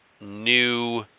new